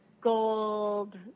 gold